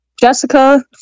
Jessica